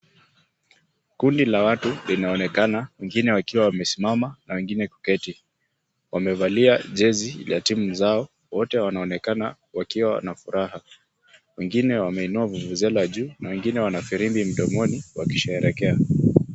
Kundi la watu linaonekana wengine wakiwa wamesimama na wengine kuketi. Wamevalia jezi la timu zao wote wanaonekana wakiwa na furaha. Wengine wameinua vuvuzela juu na wengine wana firimbi mdomoni wakisherehekea.